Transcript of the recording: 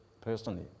personally